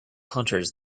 hunters